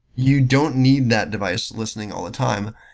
you don't need that device listening all the time.